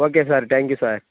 okay sir thank you sir